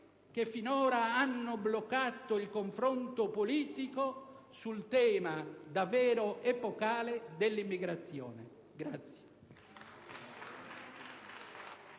che finora hanno bloccato il confronto politico sul tema davvero epocale dell'immigrazione.